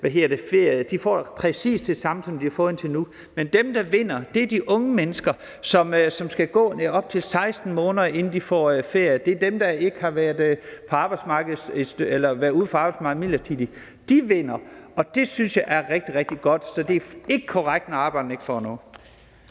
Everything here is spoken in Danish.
får præcis det samme, som de har fået indtil nu. Men dem, der vinder, er de unge mennesker, som ellers har skullet vente op til 16 måneder, inden de har kunnet få ferie – det er dem, der ikke har været midlertidigt væk fra arbejdsmarkedet. De vinder, og det synes jeg er rigtig, rigtig godt. Så det er ikke korrekt, at arbejderne ikke får noget.